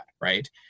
right